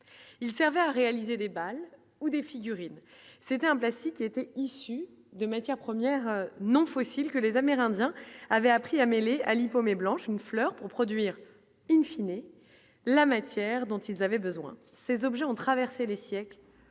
il servait à réaliser des balles ou des figurines, c'était en plastique qui était issu de matières premières non fossiles que les Amérindiens avaient appris à mêler Ali paumé blanche, une fleur pour produire in fine et la matière dont ils avaient besoin ces objets ont traversé les siècles